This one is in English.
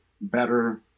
better